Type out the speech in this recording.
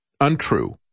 untrue